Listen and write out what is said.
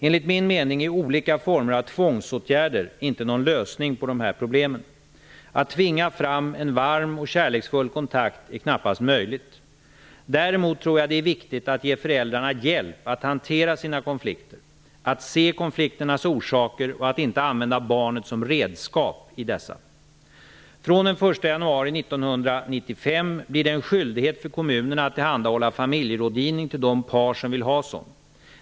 Enligt min mening är olika former av tvångsåtgärder inte någon lösning på dessa problem. Att tvinga fram en varm och kärleksfull kontakt är knappast möjligt. Däremot tror jag att det är viktigt att ge föräldrarna hjälp att hantera sina konflikter, att se konflikternas orsaker och att inte använda barnet som redskap i dessa. Från den 1 januari 1995 blir det en skyldighet för kommunerna att tillhandahålla familjerådgivning till de par som vill ha sådan.